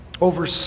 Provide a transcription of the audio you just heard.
over